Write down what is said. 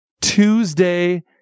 Tuesday